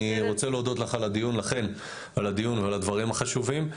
אני רוצה להודות לכם על הדיון ועל הדברים החשובים.